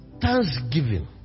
Thanksgiving